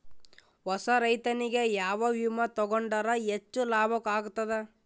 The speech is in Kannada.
ಹೊಸಾ ರೈತನಿಗೆ ಯಾವ ವಿಮಾ ತೊಗೊಂಡರ ಹೆಚ್ಚು ಲಾಭ ಆಗತದ?